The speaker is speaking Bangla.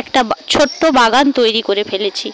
একটা বা ছোট্টো বাগান তৈরি করে ফেলেছি